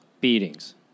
Beatings